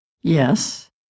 yes